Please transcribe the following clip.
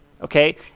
Okay